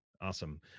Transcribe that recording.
awesome